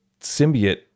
symbiote